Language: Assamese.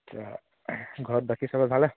ঘৰত বাকী সবৰে ভালে